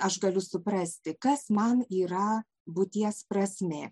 aš galiu suprasti kas man yra būties prasmė